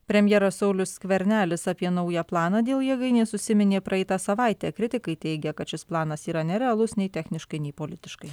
premjeras saulius skvernelis apie naują planą dėl jėgainės užsiminė praeitą savaitę kritikai teigia kad šis planas yra nerealus nei techniškai nei politiškai